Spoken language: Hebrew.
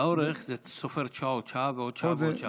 לאורך זה סופר את השעות, שעה ועוד שעה ועוד שעה.